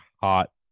hot